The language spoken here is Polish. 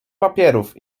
papierów